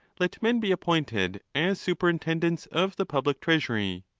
let men be appointed as superintendents of the public treasury.